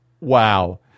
Wow